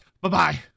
bye-bye